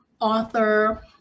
author